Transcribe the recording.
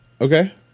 Okay